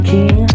King